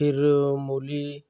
फिर मूली